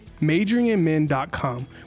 majoringinmen.com